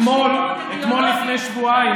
אתמול לפני שבועיים,